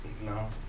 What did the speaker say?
No